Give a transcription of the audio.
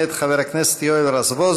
מאת חבר הכנסת יואל רזבוזוב.